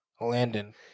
Landon